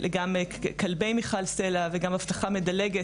"כלבי מיכל סלה" וגם אבטחה מדלגת,